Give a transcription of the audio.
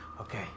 Okay